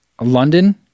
London